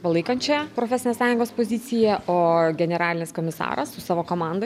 palaikančią profesinės sąjungos poziciją o generalinis komisaras su savo komanda